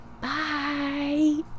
Bye